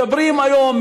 מדברים היום,